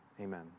Amen